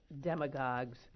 demagogues